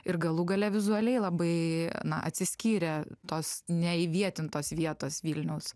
ir galų gale vizualiai labai na atsiskyrę tos ne įvietintos vietos vilniaus